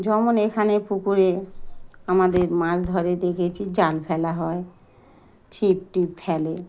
যেমন এখানে পুকুরে আমাদের মাছ ধরে দেখেছি জাল ফেলা হয় ছিপ টিপ ফেলে